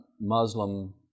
Muslim